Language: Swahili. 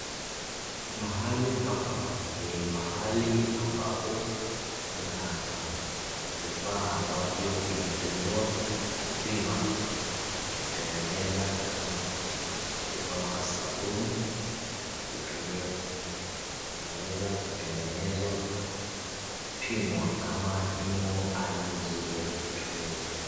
Mahali hapa ni mahali ambapo kuna vifaa ambavyo vinatumiwa kupima na kutengeneza vitu kama sabuni ya kutumia na inaweza kutengenezwa na kupimwa kama imo hali mzuri ya kutumiwa.